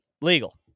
Legal